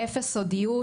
אפס סודיות,